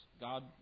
God